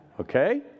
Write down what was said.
Okay